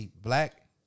Black